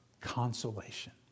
consolation